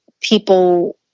people